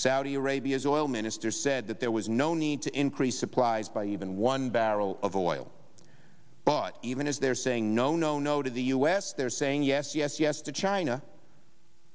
saudi arabia's oil minister said that there was no need to increase supplies by even one barrel of oil but even as they're saying no no no to the u s they're saying yes yes yes to china